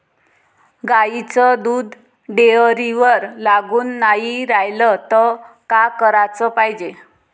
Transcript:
गाईचं दूध डेअरीवर लागून नाई रायलं त का कराच पायजे?